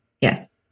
Yes